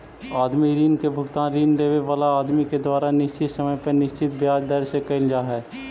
आदमी ऋण के भुगतान ऋण लेवे वाला आदमी के द्वारा निश्चित समय पर निश्चित ब्याज दर से कईल जा हई